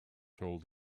told